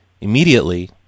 immediately